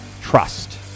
trust